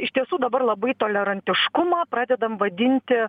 iš tiesų dabar labai tolerantiškumą pradedam vadinti